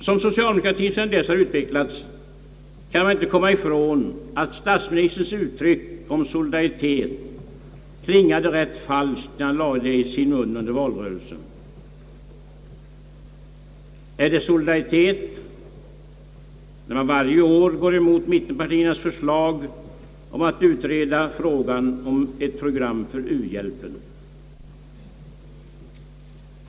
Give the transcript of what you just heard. Som socialdemokratien sedan dess har utvecklats kan man inte komma ifrån att statsministerns uttalande om solidaritet klingade ganska falskt när han tog det i sin mun under valrörelsen. Är det solidaritet när man varje år går emot mittenpartiernas förslag om att utreda frågan om ett program för u-hjälpen?